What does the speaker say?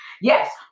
Yes